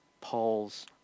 Paul's